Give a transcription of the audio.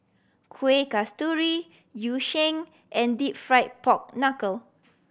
Kuih Kasturi Yu Sheng and Deep Fried Pork Knuckle